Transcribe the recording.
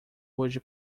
hoje